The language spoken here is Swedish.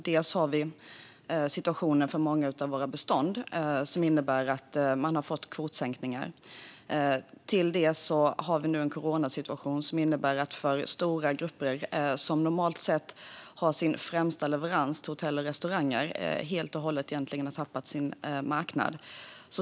Dels har vi situationen för många av våra bistånd som innebär att man har fått kvotsänkningar, dels har vi nu en coronasituation som innebär att stora grupper som normalt sett har sin främsta leverans till hotell och restauranger helt och hållet har tappat sin marknad.